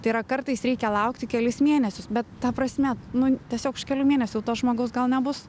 tai yra kartais reikia laukti kelis mėnesius bet ta prasme nu tiesiog už kelių mėnesių jau to žmogaus gal nebus